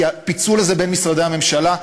כי הפיצול הזה בין משרדי הממשלה,